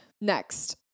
Next